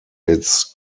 its